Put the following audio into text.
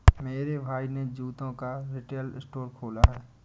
मेरे भाई ने जूतों का रिटेल स्टोर खोला है